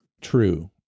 true